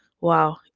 Wow